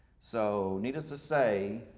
so needless to say,